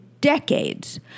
decades